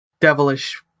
devilish